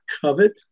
covet